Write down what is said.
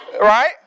right